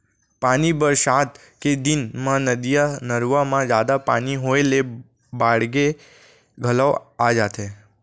पानी बरसात के दिन म नदिया, नरूवा म जादा पानी होए ले बाड़गे घलौ आ जाथे